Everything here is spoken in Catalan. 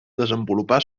desenvolupar